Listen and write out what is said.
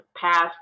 past